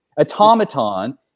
automaton